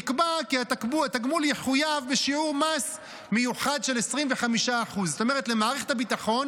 נקבע כי התגמול יחויב בשיעור מס מיוחד של 25%. זאת אומרת למערכת הביטחון